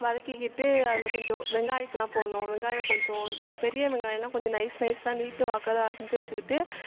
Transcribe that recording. வதக்கிக்கிட்டு அதில் கொஞ்சம் வெங்காயத்தை எல்லாம் போடணும் வெங்காயம் கொஞ்சம் பெரிய வெங்காயம்னா கொஞ்சம் நைஸ் நைஸ்சாக நீட்டு வாக்கில் அரிஞ்சு வச்சுக்கிட்டு